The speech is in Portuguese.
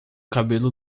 cabelo